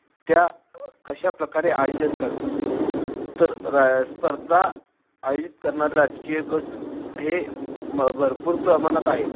त्या कशाप्रकारे आयोजन करतात तर रा स्पर्धा आयोजित करणारे राजकीय गट हे म भरपूर प्रमाणात आहेत